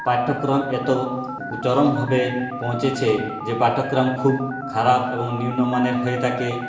পাঠ্যক্রম এত চরমভাবে পৌঁছেছে যে পাঠ্যক্রম খুব খারাপ এবং নিম্ন মানের হয়ে থাকে